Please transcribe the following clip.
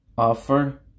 offer